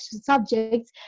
subjects